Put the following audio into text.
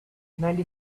ninety